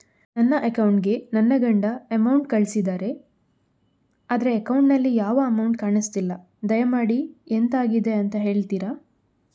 ನನ್ನ ಅಕೌಂಟ್ ಗೆ ನನ್ನ ಗಂಡ ಅಮೌಂಟ್ ಕಳ್ಸಿದ್ದಾರೆ ಆದ್ರೆ ಅಕೌಂಟ್ ನಲ್ಲಿ ಯಾವ ಅಮೌಂಟ್ ಕಾಣಿಸ್ತಿಲ್ಲ ದಯಮಾಡಿ ಎಂತಾಗಿದೆ ಅಂತ ಹೇಳ್ತೀರಾ?